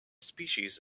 species